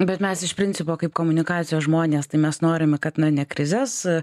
bet mes iš principo kaip komunikacijos žmonės tai mes norim kad na ne krizes